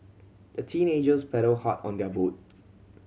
the teenagers paddled hard on their boat